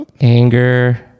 Anger